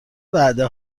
وعده